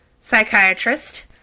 psychiatrist